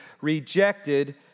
rejected